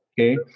Okay